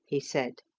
he said.